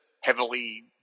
heavily